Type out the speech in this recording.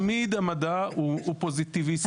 תמיד המדע הוא פוזיטיביסטי,